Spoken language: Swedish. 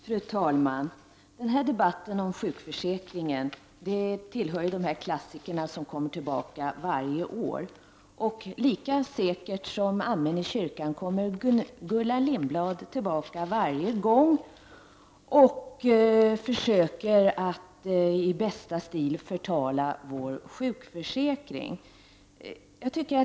Fru talman! Den här debatten om sjukförsäkringen tillhör de klassiker som återkommer varje år. Lika säkert som amen i kyrkan försöker Gullan Lindblad varje gång att i bästa stil förtala sjukförsäkringen.